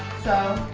so.